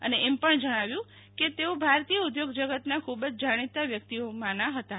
અને એમ પણ જણાવ્યું કે તેઓ ભારતીય ઉધોગજગતના ખૂબ જ જણીતા વ્યકિતઓમાંના ફતાં